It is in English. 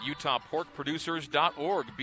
utahporkproducers.org